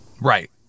right